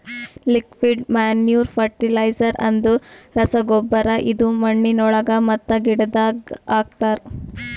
liquid manure fertiliser ಅಂದುರ್ ರಸಗೊಬ್ಬರ ಇದು ಮಣ್ಣಿನೊಳಗ ಮತ್ತ ಗಿಡದಾಗ್ ಹಾಕ್ತರ್